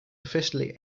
officially